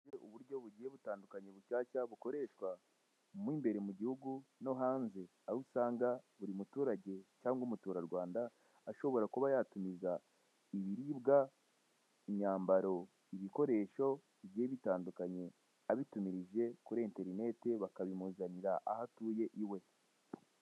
Ubu ni uburyo bugiye butandukanye bushyashya bikoreshwa mo imbere mu gihugu ndetse no hanze, aho usanga buri muturage cyangwa umuturarwanda ashobora kuba yatumiza ibiribwa, imyambaro, ibikoresho bigiye bitandukanye, abitumirije kuri interineti bakabimuzanira aho atuye iwe.